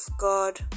god